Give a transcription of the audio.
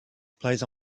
plays